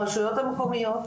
הרשויות המקומיות,